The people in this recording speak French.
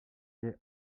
quai